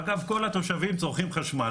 אגב כל התושבים צורכים חשמל,